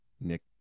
Nick